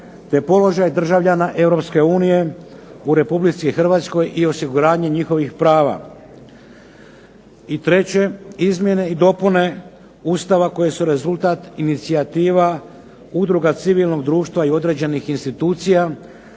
te položaj državljana EU u RH i osiguranje njihovih prava. I treće, izmjene i dopune Ustava koje su rezultat inicijativa udruga civilnog društva i određenih institucija